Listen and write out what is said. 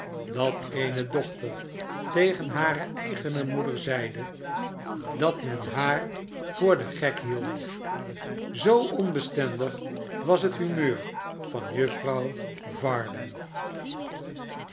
dat eene dochter tegen hare eigene moeder zeide dat men haar voor den gek hield zoo onbestendig was het humeur van juffrouw varden